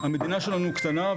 המדינה שלנו קטנה,